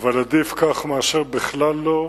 אבל עדיף כך מאשר בכלל לא.